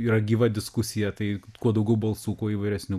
yra gyva diskusija tai kuo daugiau balsų kuo įvairesnių